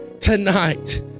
tonight